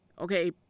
Okay